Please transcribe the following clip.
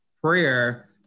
Prayer